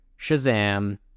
Shazam